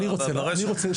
אני רוצה לענות.